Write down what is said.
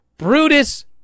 Brutus